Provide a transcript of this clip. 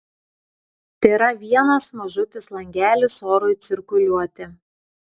tėra vienas mažutis langelis orui cirkuliuoti